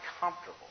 comfortable